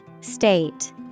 State